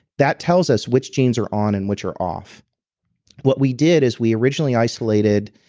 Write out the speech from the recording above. that tells us which genes are on and which are off what we did is we originally isolated